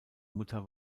mutter